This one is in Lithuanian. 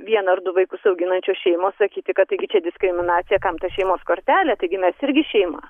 vieną ar du vaikus auginančios šeimos sakyti kad taigi čia diskriminacija kam ta šeimos kortelė taigi mes irgi šeima